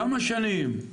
כמה שנים?